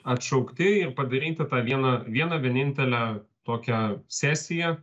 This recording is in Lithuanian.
atšaukti ir padaryti tą vieną vieną vienintelę tokią sesiją